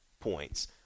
points